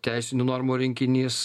teisinių normų rinkinys